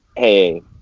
Hey